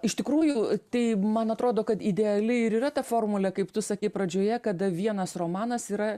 iš tikrųjų tai man atrodo kad ideali ir yra ta formulė kaip tu sakei pradžioje kada vienas romanas yra